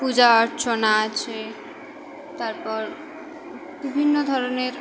পূজা অর্চনা আছে তারপর বিভিন্ন ধরনের